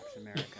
America